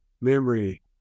memory